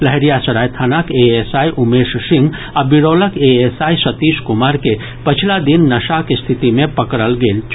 लहेरियासराय थानाक एएसआई उमेश सिंह आ बिरौलक एएसआई सतीश कुमार के पछिला दिन नशाक स्थिति मे पकड़ल गेल छल